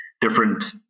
different